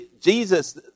jesus